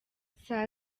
saa